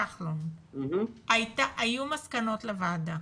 כחלון, היו מסקנות לוועדה.